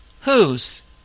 Whose